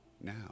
Now